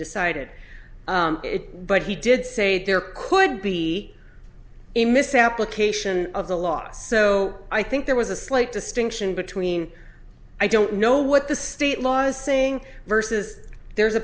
decided it but he did say there could be a misapplication of the law so i think there was a slight distinction between i don't know what the state law is saying versus there's a